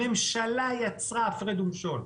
הממשלה יצרה הפרד ומשול.